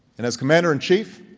and as commander in chief,